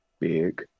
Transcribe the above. Big